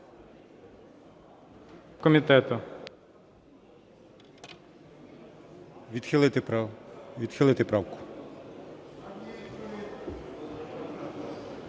Відхилити правку.